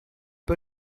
pas